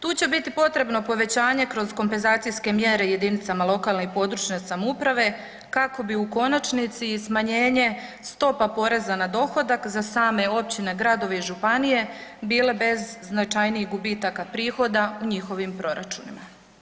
Tu će biti potrebno povećanje kroz kompenzacijske mjere jedinicama lokalne i područne samouprave kako bi u konačnici i smanjenje stopa poreza na dohodak za same općine, gradove i županije bile bez značajnijih gubitaka prihoda u njihovim proračunima.